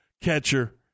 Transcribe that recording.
catcher